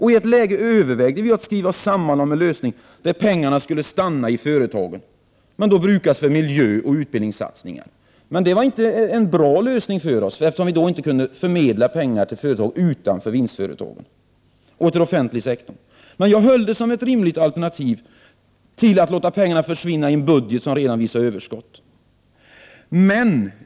I ett läge övervägde vi att skriva oss samman om en lösning, där pengarna skulle stanna i företagen men brukas för miljöoch utbildningssatsningar. Men det var inte en bra lösning för oss, eftersom vi då inte kunde förmedla pengar till företag utanför vinstföretagen och till offentlig sektor. Jag höll det dock som ett rimligt alternativ till att låta pengarna försvinna in i en budget som redan visar överskott.